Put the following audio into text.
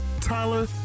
Tyler